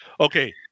Okay